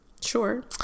Sure